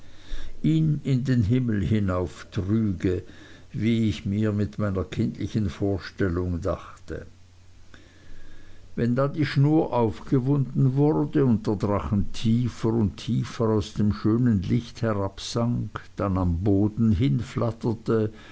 ihn in den himmel hinauftrüge wie ich mir in meiner kindlichen vorstellung dachte wenn dann die schnur aufgewunden wurde und der drachen tiefer und tiefer aus dem schönen licht herabsank dann am boden hinflatterte